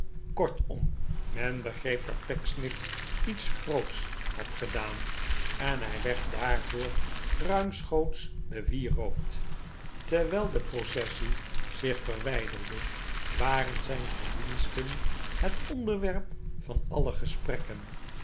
kortom men begreep dat pecksniff iets groots had gedaan en hij werd daarvoor ruimschoots bewierookt terwijl de processie zich verwijderde waren zijn verdiensten het onderwerp van alle gesprekken